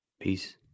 Peace